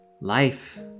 Life